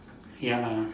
ya lah